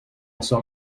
also